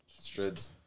Strids